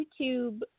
YouTube